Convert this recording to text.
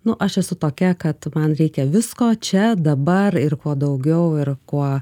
nu aš esu tokia kad man reikia visko čia dabar ir kuo daugiau ir kuo